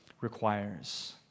requires